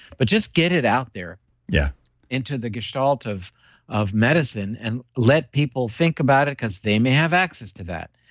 but just get it out there yeah into the gestalt of of medicine and let people think about it because they may have access to that.